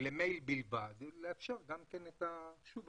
למייל בלבד ולאפשר את הנגישות.